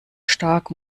stark